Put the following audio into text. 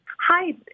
Hi